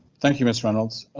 thank you, miss reynolds.